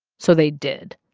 so they did,